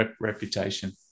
reputation